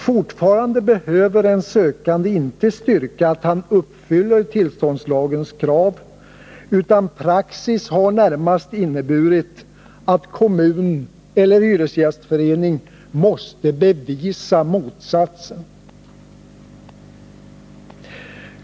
Fortfarande behöver en sökande inte styrka att han uppfyller tillståndslagens krav, utan praxis har närmast inneburit att kommun eller hyresgästförening måste bevisa motsatsen.